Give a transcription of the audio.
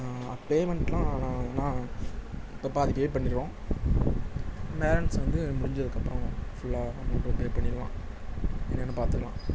பேமெண்ட்லாம் நான் நான் இப்போ பாதி பே பண்ணிடுவோம் பேலன்ஸ் வந்து முடிஞ்சதுக்கு அப்புறம் புல்லாக அமவுண்ட்டும் பே பண்ணிடுவோம் என்னன்னு பார்த்துக்கலாம்